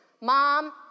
Mom